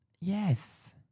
Yes